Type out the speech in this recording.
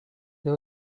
they